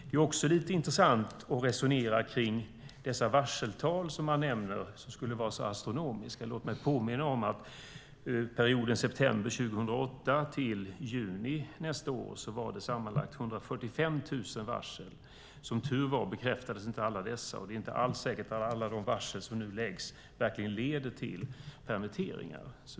Det är också intressant att resonera om de varseltal som skulle vara så astronomiska. Låt mig påminna om att perioden från september 2008 till juni påföljande år var det sammanlagt 145 000 varsel. Som tur var bekräftades inte alla dessa. Det är inte säkert att alla de varsel som nu görs leder till permitteringar.